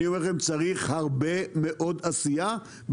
צריך הרבה מאוד עשייה,